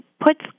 puts